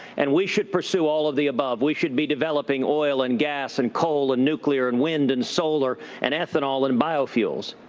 and we should pursue all of the above. we should be developing oil, and gas, and coal, and nuclear, and wind, and solar, and ethanol, and biofuels.